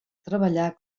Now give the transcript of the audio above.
treballar